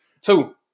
Two